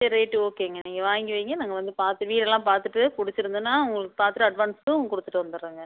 சரி ரைட்டு ஓகேங்க நீங்கள் வாங்கி வையுங்க நாங்கள் வந்து பார்த்து வீடெல்லாம் பார்த்துட்டு பிடிச்சிருந்துனா உங்களுக்கு பார்த்துட்டு அட்வான்ஸும் கொடுத்துட்டு வந்துடுறோங்க